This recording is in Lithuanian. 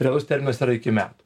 realus terminas yra iki metų